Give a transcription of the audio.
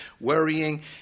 worrying